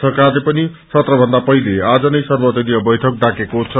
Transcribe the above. सरकारले पनि सत्रभन्दा पहिले आज नै सर्वक्लीय बैठक डाकेको छ